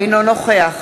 אינו נוכח